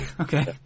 okay